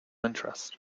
interest